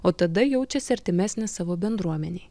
o tada jaučiasi artimesnis savo bendruomenei